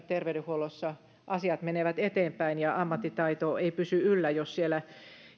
terveydenhuollossa asiat menevät eteenpäin ja ammattitaito ei pysy yllä